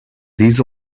these